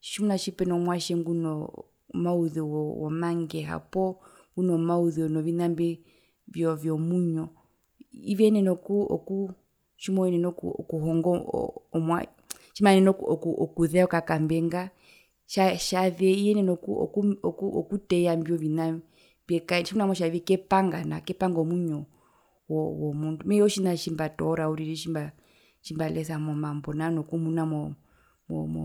tjimuna tjipeno mwatje nguno mauzeu womangeha poo nguno mauzeu novina mbi vyo vyomwinyo veyenena oku oku tjimwenene okuhonga oo omwatje tjimaenen oku oku okuzeya okakambe nga tjazeye iyenena okuteya imbio vina tjimuna motja kepaga nao kepanga omwinyo womundu mehee otjina tjimbatoora uriri tjimbalesa mombambo nao nokumunamo mo mo